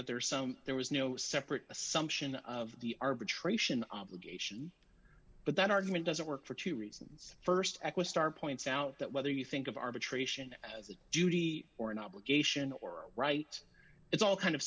that there is some there was no separate assumption of the arbitration obligation but that argument doesn't work for two reasons st star points out that whether you think of arbitration as a duty or an obligation or a right it's all kind of